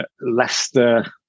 leicester